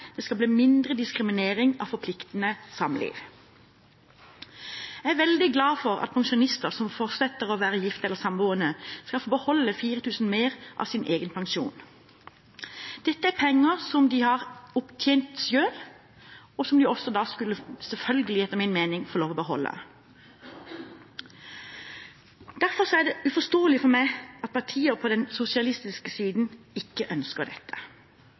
Det skal bli mindre diskriminering av forpliktende samliv. Jeg er veldig glad for at pensjonister som fortsetter å være gift eller samboende, skal få beholde 4 000 kr mer av sin egen pensjon. Dette er penger som de har opptjent selv, og som de også – selvfølgelig, etter min mening – skal få lov til å beholde. Derfor er det uforståelig for meg at partier på den sosialistiske siden ikke ønsker dette.